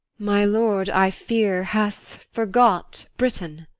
my lord, i fear, has forgot britain.